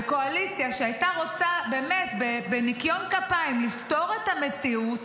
קואליציה שהייתה רוצה באמת בניקיון כפיים לפתור את המציאות,